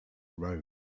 road